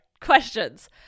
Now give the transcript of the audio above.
questions